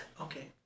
okay